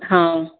हा